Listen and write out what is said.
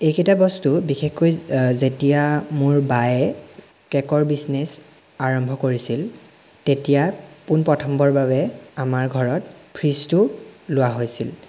এইকেইটা বস্তু বিশেষকৈ যেতিয়া মোৰ বায়ে কে'কৰ বিজনেছ আৰম্ভ কৰিছিল তেতিয়া পোনপ্ৰথমবাৰৰ বাবে আমাৰ ঘৰত ফ্ৰীজটো লোৱা হৈছিল